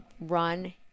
run